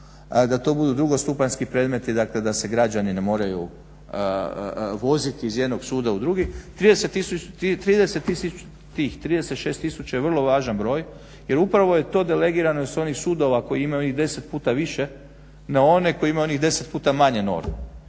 da to budu drugostupanjski predmeti, dakle da se građani ne moraju voziti iz jednog suda u drugi. Tih 36 tisuća je vrlo važan broj jer upravo je to delegirano i s onih sudova koji imaju onih deset puta više na one koji imaju onih deset puta manje normi,